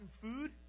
food